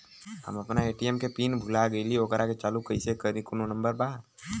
हम अपना ए.टी.एम के पिन भूला गईली ओकरा के चालू कइसे करी कौनो नंबर बा?